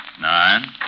nine